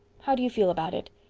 how do you feel about it?